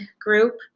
group